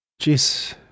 Jeez